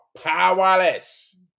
Powerless